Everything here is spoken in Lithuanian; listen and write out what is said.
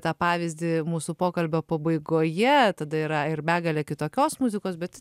tą pavyzdį mūsų pokalbio pabaigoje tada yra ir begalė kitokios muzikos bet